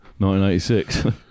1986